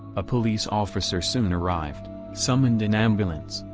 a police officer soon arrived, summoned an ambulance,